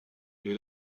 est